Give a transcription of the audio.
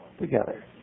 together